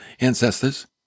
ancestors